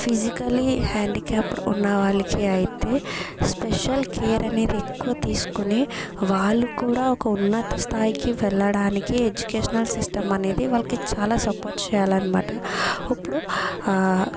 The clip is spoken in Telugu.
ఫిజికలీ హ్యాండిక్యాప్డ్ ఉన్నవాళ్ళకి అయితే స్పెషల్ కేర్ అనేది ఎక్కువ తీసుకొని వాళ్ళు కూడా ఒక ఉన్నతస్థాయికి వెళ్ళడానికి ఎడ్యుకేషనల్ సిస్టమ్ అనేది వాళ్ళకి చాలా సపోర్ట్ చేయాలన్నమాట ఉప్పుడు